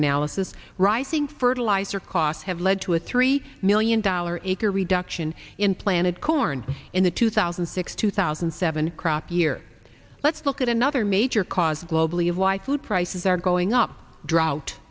analysis writing fertilizer costs have led to a three million dollar acre reduction in planted corn in the two thousand and six two thousand and seven crop year let's look at another major cause globally of why food prices are going up drought